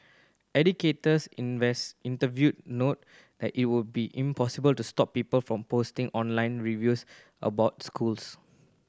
educators invest interviewed noted that it would be impossible to stop people from posting online reviews about schools